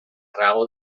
raó